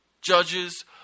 Judges